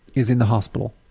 is in the hospital.